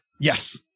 Yes